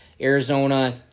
Arizona